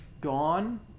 gone